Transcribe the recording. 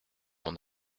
mon